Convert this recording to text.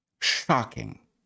shocking